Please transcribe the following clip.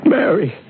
Mary